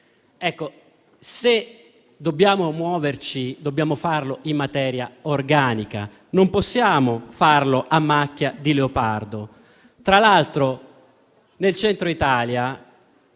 Se dobbiamo muoverci, dobbiamo farlo in maniera organica, non possiamo farlo a macchia di leopardo. Tra l'altro, nel Centro Italia,